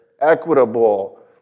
equitable